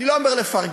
אני לא אומר לפרגן,